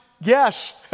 yes